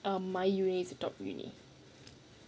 um my university is the top university